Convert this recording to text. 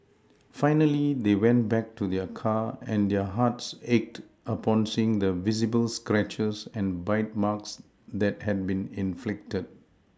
finally they went back to their car and their hearts ached upon seeing the visible scratches and bite marks that had been inflicted